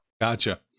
Gotcha